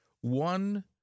one